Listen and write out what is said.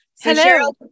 hello